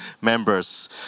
members